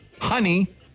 Honey